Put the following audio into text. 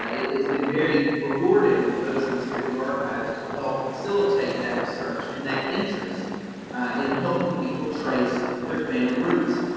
it's been very rewarding for those of us here at the archives to help facilitate that research and that interest in helping people trace their family roots.